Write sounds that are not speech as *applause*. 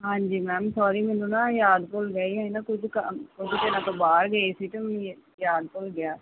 ਹਾਂਜੀ ma'am sorry ਮੈਨੂੰ ਨਾ ਯਾਦ ਭੁੱਲ ਗਈ ਇਹ ਨਾ ਕੁੱਝ ਕ *unintelligible* ਕੁੱਝ ਦਿਨਾਂ ਤੋਂ ਬਾਹਰ ਗਏ ਸੀ ਅਤੇ ਮੈਨੂੰ ਯ ਯਾਦ ਭੁੱਲ ਗਿਆ